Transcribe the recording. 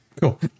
Cool